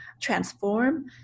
transform